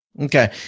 Okay